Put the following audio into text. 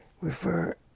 refer